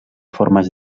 formes